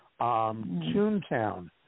Toontown